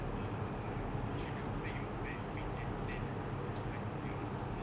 uh if you never bring your own bag you pay ten cent for each plastic bag that they use